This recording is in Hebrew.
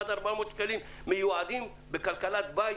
עד 400 שקלים מיועדים בכלכלת בית